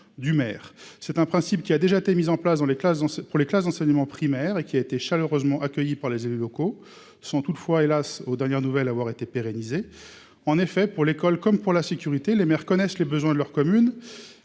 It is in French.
du maire, c'est un principe qui a déjà été mise en place dans les classes dans pour les classes d'enseignement primaire et qui a été chaleureusement accueilli par les élus locaux sont toutefois hélas, aux dernières nouvelles, avoir été pérennisé en effet pour l'école, comme pour la sécurité, les maires connaissent les besoins de leur commune